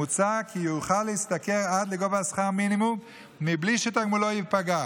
מוצע כי יוכל להשתכר עד לגובה שכר המינימום בלי שתגמולו ייפגע,